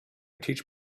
teach